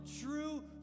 true